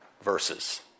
verses